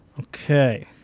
Okay